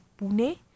Pune